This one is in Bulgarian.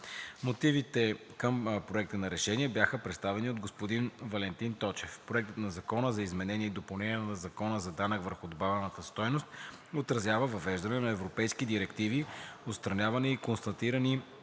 Мотивите към Проекта на решение бяха представени от господин Валентин Точев. Проектът на закон за изменение и допълнение на Закона за данък върху добавената стойност отразява въвеждане на европейски директиви, отстраняване на констатирани